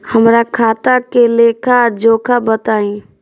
हमरा खाता के लेखा जोखा बताई?